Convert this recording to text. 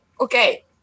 okay